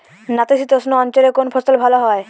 নাতিশীতোষ্ণ অঞ্চলে কোন ফসল ভালো হয়?